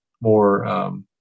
more